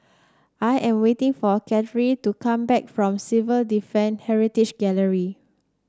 I am waiting for Katharyn to come back from Civil Defend Heritage Gallery